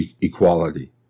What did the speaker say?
equality